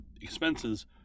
expenses